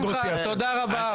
בקצרה,